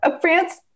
France